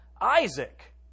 Isaac